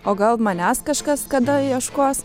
o gal manęs kažkas kada ieškos